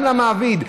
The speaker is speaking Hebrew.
גם למעביד.